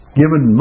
given